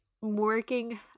working